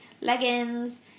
leggings